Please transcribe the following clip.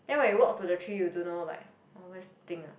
then when you walk to the tree you don't know like oh where's the thing ah